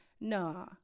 nah